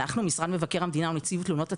משרד מבקר המדינה ונציב תלונות הציבור,